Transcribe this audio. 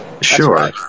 Sure